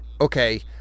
okay